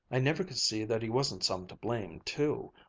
i never could see that he wasn't some to blame too.